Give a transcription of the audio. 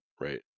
right